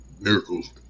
miracles